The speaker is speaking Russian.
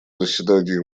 заседание